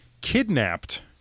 Kidnapped